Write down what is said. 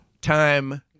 time